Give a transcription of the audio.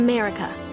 America